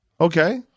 Okay